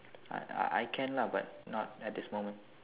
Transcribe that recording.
I I I can lah but not at this moment